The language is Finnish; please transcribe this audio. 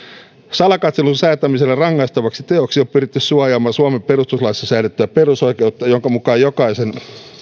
salakatselun säätämisellä rangaistavaksi teoksi on pyritty suojaamaan suomen perustuslaissa säädettyä perusoikeutta jonka mukaan jokaisen